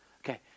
Okay